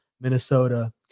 Minnesota